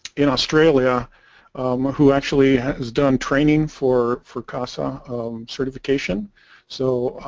in australia who actually has done training for for picasa of certification so